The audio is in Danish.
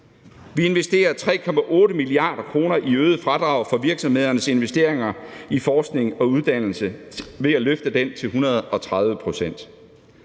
Vi investerer 3,8 mia. kr. i øgede fradrag for virksomhedernes investeringer i forskning og uddannelse ved at løfte den til 130 pct.,